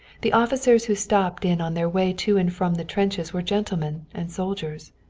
the officers who stopped in on their way to and from the trenches were gentlemen and soldiers.